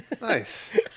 Nice